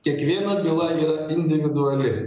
kiekviena byla yra individuali